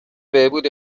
بهبود